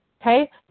Okay